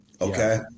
Okay